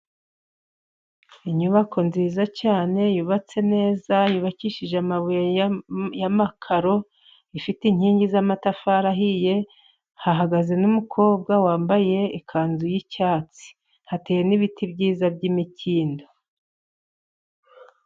Inyubako nziza cyane yubatse neza, yubakishije amabuye yamakaro, ifite inkingi z'amatafari ahiye, hahagaze n'umukobwa wambaye ikanzu yi'icyatsi, hateye n'ibiti byiza by'imikindo.